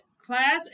Class